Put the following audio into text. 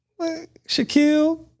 Shaquille